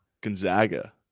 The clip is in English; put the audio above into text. Gonzaga